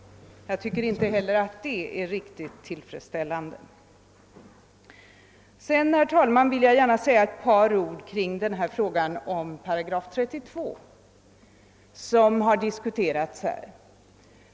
Jag tycker inte heller att detta är riktigt tillfredsställande. Jag vill sedan säga ett par ord om 8 32.